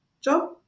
job